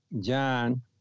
John